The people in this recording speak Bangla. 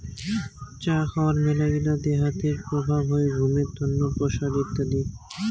চা খাওয়ার মেলাগিলা দেহাতের প্রভাব হই ঘুমের তন্ন, প্রেসার ইত্যাদি